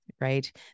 right